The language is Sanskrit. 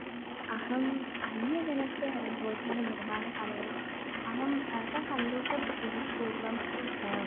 अहम् अन्यजनस्य गृहोद्याननिर्माणसमये अहं ससन्तोषं कुरु पूर्वं